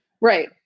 right